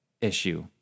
issue